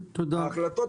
החלטות,